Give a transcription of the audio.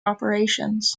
operations